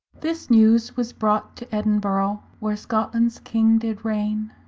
this newes was brought to eddenborrow, where scotlands king did raigne,